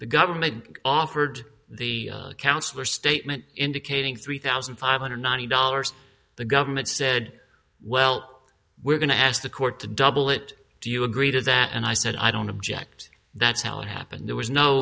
the government offered the counselor statement indicating three thousand five hundred ninety dollars the government said well we're going to ask the court to double it do you agree to that and i said i don't object that's how it happened there was no